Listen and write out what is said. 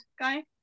guy